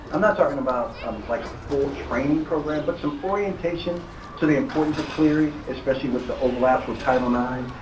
i'm not talking about um like a full training program, but some orientation to the importance of clery, especially with the overlaps with title ix.